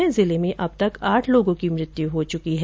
इससे जिले में अब तक आठ लोगों की मृत्यु हो चुकी है